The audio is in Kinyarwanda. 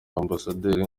amb